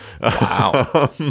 Wow